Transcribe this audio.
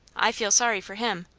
i feel sorry for him.